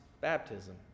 baptism